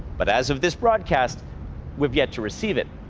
but as of this broadcast we've yet to receive it.